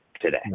today